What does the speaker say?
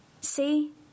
See